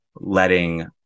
letting